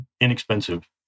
inexpensive